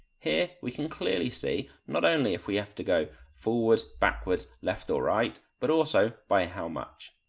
here we can clearly see, not only if we have to go forwards, backwards, left or right but also by how much.